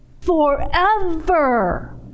forever